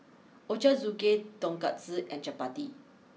Ochazuke Tonkatsu and Chapati